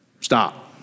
stop